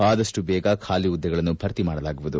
ಆದಷ್ಟು ಬೇಗ ಖಾಲಿ ಹುದ್ದೆಗಳನ್ನು ಭರ್ತಿ ಮಾಡಲಾಗುವುದು